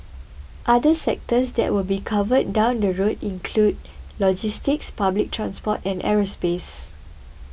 other sectors that will be covered down the road include logistics public transport and aerospace